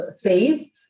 phase